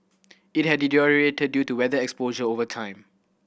it had deteriorated due to weather exposure over time